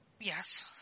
Yes